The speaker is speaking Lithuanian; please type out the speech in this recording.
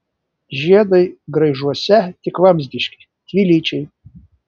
žiedai graižuose tik vamzdiški dvilyčiai